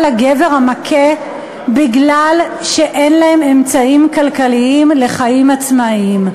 הגבר המכה כי אין להן אמצעים כלכליים לחיים עצמאיים.